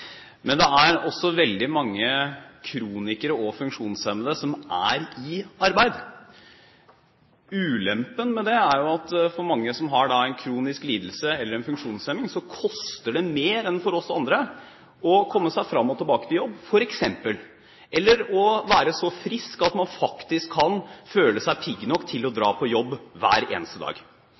men det er også veldig mange kronikere og funksjonshemmede som er i arbeid. Ulempen med det er at for mange som har en kronisk lidelse eller en funksjonshemning, koster det mer enn for oss andre f.eks. å komme seg fram og tilbake til jobb – være så frisk at man føler seg pigg nok til å dra på jobb hver eneste dag.